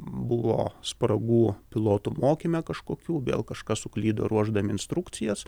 buvo spragų pilotų mokyme kažkokių vėl kažkas suklydo ruošdami instrukcijas